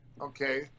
okay